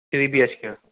three B H K